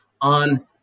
on